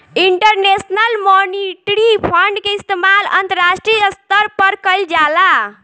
international monetary fund के इस्तमाल अंतरराष्ट्रीय स्तर पर कईल जाला